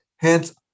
Hence